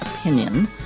opinion